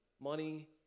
Money